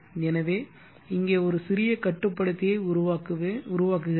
எனவே இங்கே ஒரு சிறிய கட்டுப்படுத்தியை உருவாக்குகிறேன்